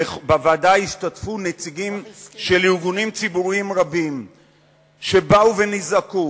בוועדה השתתפו נציגים של ארגונים ציבוריים רבים שבאו ונזעקו.